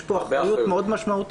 יש פה אחריות מאוד משמעותית.